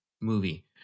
movie